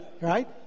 right